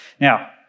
Now